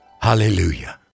Hallelujah